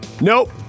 Nope